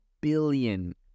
billion